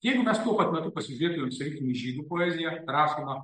jeigu mes tuo pat metu pasižiūrėtume sakykim į žydų poeziją rašomą